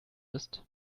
ist